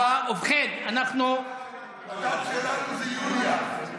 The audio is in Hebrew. הדת שלנו זה יוליה.